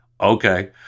Okay